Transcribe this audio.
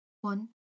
one